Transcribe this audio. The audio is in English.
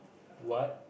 what